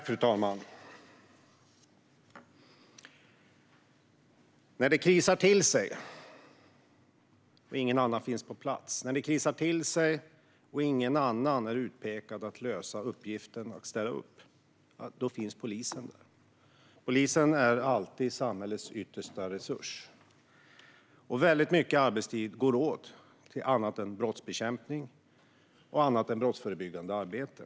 Fru talman! När det krisar till sig och ingen annan finns på plats, när det krisar till sig och ingen annan är utpekad att lösa uppgiften och ställa upp, då finns polisen där. Polisen är alltid samhällets yttersta resurs. Väldigt mycket arbetstid går åt till annat än brottsbekämpning och brottsförebyggande arbete.